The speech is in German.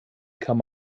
kann